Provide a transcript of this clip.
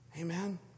Amen